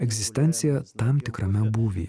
egzistencija tam tikrame būvy